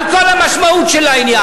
על כל המשמעות של העניין.